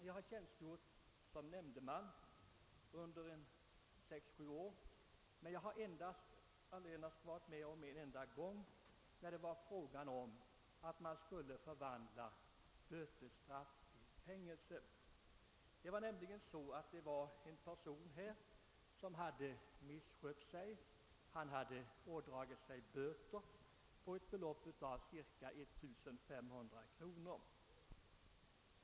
Jag har tjänstgjort som nämndeman under sex, sju år, men jag har allenast en gång varit med om att bötesstraff skulle förvandlas till fängelsestraff. Den person det gällde hade misskött sig och ådragit sig böter på ett belopp av ca 1500 kr.